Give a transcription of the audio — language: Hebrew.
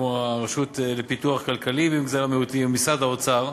כמו הרשות לפיתוח כלכלי במגזר המיעוטים ומשרד האוצר.